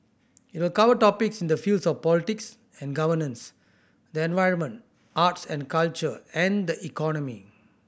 it will cover topics in the fields of politics and governance the environment arts and culture and the economy